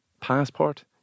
passport